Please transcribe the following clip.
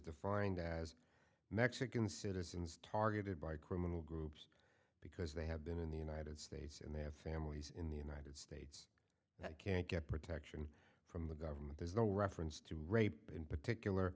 the find as mexican citizens targeted by criminal groups because they have been in the united states and they have families in the united that can't get protection from the government there's no reference to rape in particular